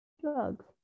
drugs